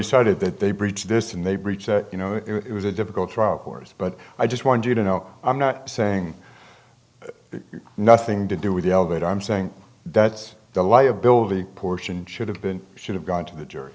started that they breached this and they breached you know it was a difficult trial of course but i just wanted you to know i'm not saying nothing to do with the elevator i'm saying that's the liability portion should have been should have gone to the jury